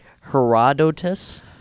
Herodotus